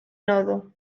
nodo